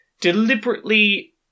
deliberately